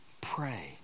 pray